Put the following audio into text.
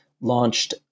launched